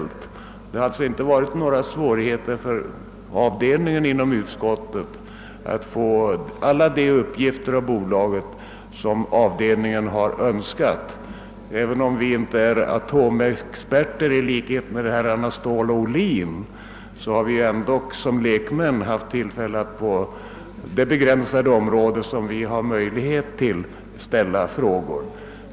Avdelningen inom utskottet har alltså inte haft några svårigheter att av bolaget få alla de uppgifter som avdelningen önskat. även om vi inte i likhet med herrarna Ståhl och Ohlin är atomexperter, så har vi ändock haft tillfälle att ställa frågor på det begränsade område där vi lekmän har möjlighet att röra OSS.